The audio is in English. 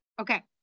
Okay